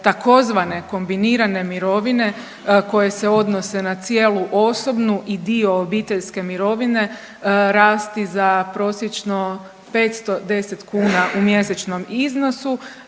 će tzv. kombinirane mirovine koje se odnose na cijelu osobnu i dio obiteljske mirovine rasti za prosječno 510 kuna u mjesečnom iznosu